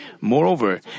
Moreover